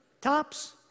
tops